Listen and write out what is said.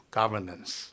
governance